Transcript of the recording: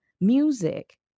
music